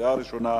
קריאה ראשונה.